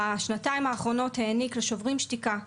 בשנתיים האחרונות העניק לשוברים שתיקה,